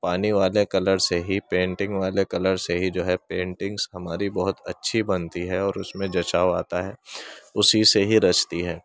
پانی والے کلر سے ہی پینٹنگ والے کلر سے ہی جو ہے پینٹنگس ہماری بہت اچھی بنتی ہے اور اس میں جچاؤ آتا ہے اسی سے ہی رچتی ہے